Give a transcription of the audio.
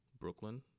Brooklyn